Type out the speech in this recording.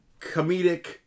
comedic